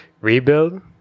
rebuild